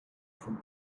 from